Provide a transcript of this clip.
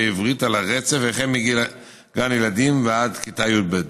ועברית על הרצף החל מגיל גן ילדים ועד כיתה י"ב.